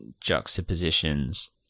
juxtapositions